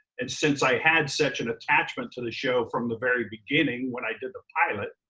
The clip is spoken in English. and since i had such an attachment to the show from the very beginning when i did the pilot,